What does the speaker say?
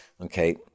okay